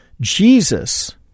Jesus